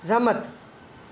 રમત